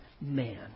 man